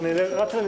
הישיבה